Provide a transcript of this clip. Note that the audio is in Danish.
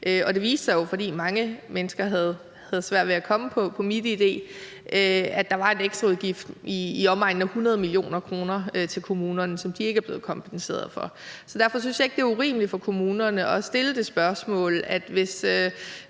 Det viste sig jo, at mange mennesker havde svært ved at komme på MitID, og det gav en ekstraudgift på i omegnen af 100 mio. kr. til kommunerne, som de ikke er blevet kompenseret for. Derfor synes jeg ikke, det er urimeligt af kommunerne at stille det spørgsmål om, hvor